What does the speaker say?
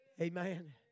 Amen